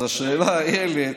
אז השאלה, איילת,